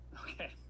okay